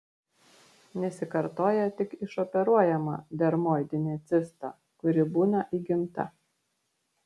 nesikartoja tik išoperuojama dermoidinė cista kuri būna įgimta